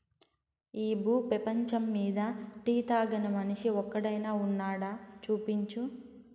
ఈ భూ పేపంచమ్మీద టీ తాగని మనిషి ఒక్కడైనా వున్నాడా, చూపించు